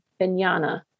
vinyana